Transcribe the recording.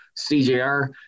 CJR